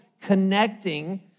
connecting